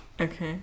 Okay